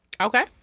Okay